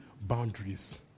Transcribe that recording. boundaries